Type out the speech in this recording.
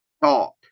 thought